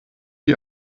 die